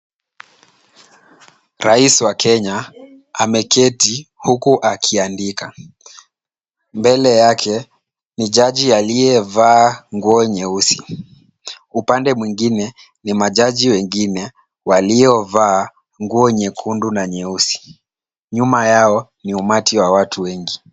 Rais wa Kenya ameketi huku akiandika. Mbele yake ni jaji aliyevaa nguo nyeusi. Upande mwingine ni majaji wengine waliovaa nguo nyekundu na nyeusi. Nyuma yao ni umati wa watu wengi.